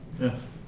Yes